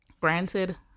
granted